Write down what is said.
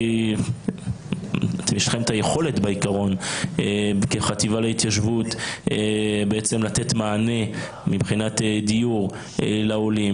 יש לכם את היכולת כחטיבה להתיישבות בעצם לתת מענה מבחינת דיור לעולים.